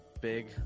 big